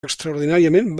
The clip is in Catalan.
extraordinàriament